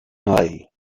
hei